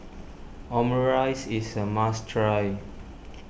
Omurice is a must try